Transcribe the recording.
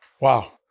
Wow